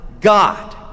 God